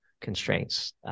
constraints